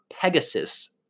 Pegasus